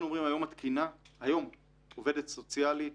היום עובדת סוציאלית